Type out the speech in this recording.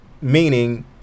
meaning